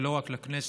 ולא רק לכנסת,